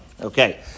Okay